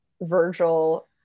Virgil